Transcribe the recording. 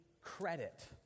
credit